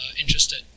interested